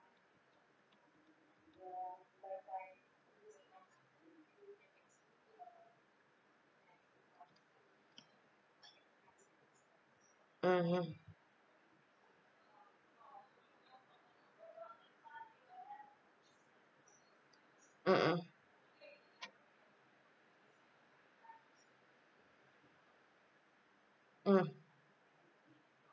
mmhmm mmhmm mm